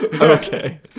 Okay